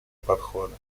подхода